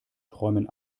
träumen